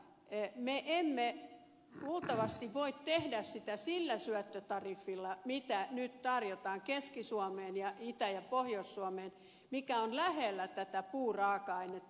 mutta me em me luultavasti voi tehdä sitä sillä syöttötariffilla mitä nyt tarjotaan keski suomeen ja itä ja pohjois suomeen jotka ovat lähellä tätä puu ja turveraaka ainetta